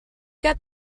get